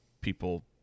people